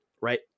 right